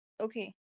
okay